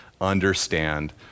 understand